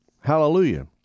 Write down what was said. Hallelujah